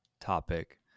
topic